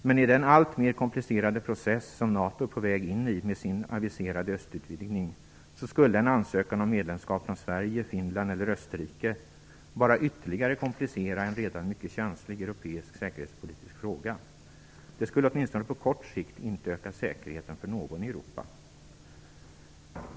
Men i den alltmer komplicerade process som NATO är på väg in i med sin aviserade östutvidgning skulle en ansökan om medlemskap från Sverige, Finland eller Österrike bara ytterligare komplicera en redan mycket känslig europeisk säkerhetspolitisk fråga. Det skulle åtminstone på kort sikt inte öka säkerheten för någon i Europa.